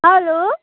hello